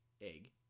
egg